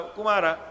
Kumara